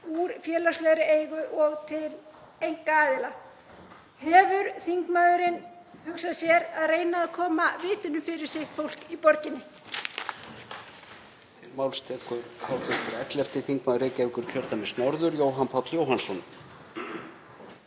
úr félagslegri eigu og til einkaaðila? Hefur þingmaðurinn hugsað sér að reyna að koma vitinu fyrir sitt fólk í borginni?